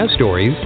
stories